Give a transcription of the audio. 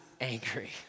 angry